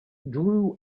drew